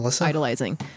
idolizing